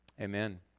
amen